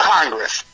Congress